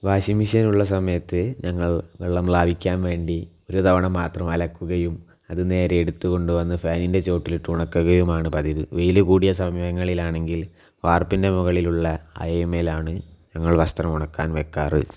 washing machine ഉള്ള സമയത്ത് ഞങ്ങൾ വെള്ളം ലഭിക്കാൻ വേണ്ടി ഒരുതവണ മാത്രം അലക്കുകയും അത് നേരെ എടുത്തുകൊണ്ട് വന്ന് ഫാനിൻ്റെ ചുവട്ടിൽ ഇട്ടു ഉണക്കുകയുമാണ് പതിവ് വെയിൽ കൂടിയ സമയങ്ങളിൽ ആണെങ്കിൽ വാർപ്പിൻ്റെ മുകളിലുള്ള അയയിൻ മേലാണ് ഞങ്ങൾ വസ്ത്രം ഉണക്കാൻ വയ്ക്കാറ്